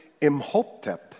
Imhotep